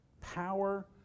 power